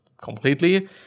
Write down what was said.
completely